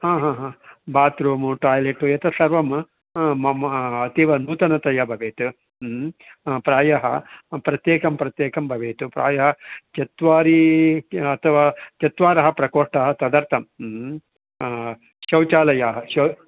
हा हा हा बात्रूमु टाय्लेट् एतत् सर्वं मम अतीव नूतनतया बवेत् प्रायः प्रत्येकं प्रत्येकं भवेत् प्रायः चत्वारः अथवा चत्वारः प्रकोष्ठाः तदर्थं शौचालयः शौ